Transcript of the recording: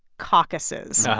caucuses.